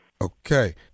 Okay